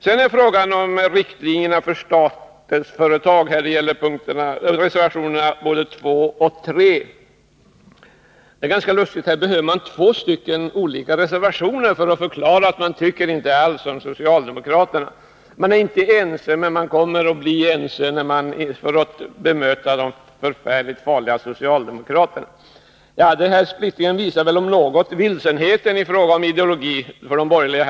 Sedan gäller det riktlinjerna för Statsföretag, reservationerna 2 och 3. Det är ganska lustigt att man här behöver två olika reservationer för att förklara att man inte alls tycker som socialdemokraterna. Man är inte ense, men man kommer att bli ense för att bemöta de förfärligt farliga socialdemokraterna. Den splittringen visar väl om något vilsenheten i fråga om ideologi för de borgerliga.